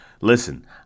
Listen